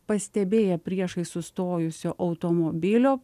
pastebėję priešais sustojusio automobilio